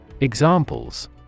Examples